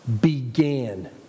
began